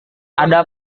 ada